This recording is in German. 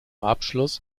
abschluss